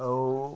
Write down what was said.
ଆଉ